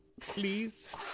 please